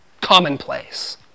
commonplace